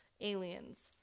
aliens